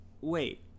wait